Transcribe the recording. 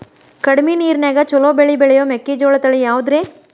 ಕಡಮಿ ನೇರಿನ್ಯಾಗಾ ಛಲೋ ಬೆಳಿ ಬೆಳಿಯೋ ಮೆಕ್ಕಿಜೋಳ ತಳಿ ಯಾವುದ್ರೇ?